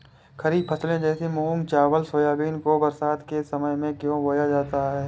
खरीफ फसले जैसे मूंग चावल सोयाबीन को बरसात के समय में क्यो बोया जाता है?